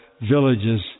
villages